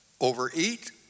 overeat